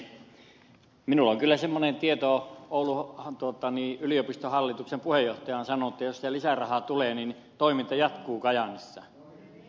minulla on kyllä semmoinen tieto oulun yliopiston hallituksen puheenjohtaja on sanonut että jos sitä lisärahaa tulee niin toiminta jatkuu kajaanissa